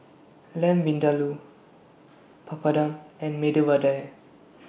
Lamb Vindaloo Papadum and Medu Vada